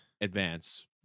advance